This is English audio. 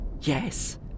Yes